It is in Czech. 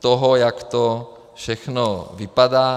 toho, jak to všechno vypadá.